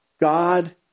God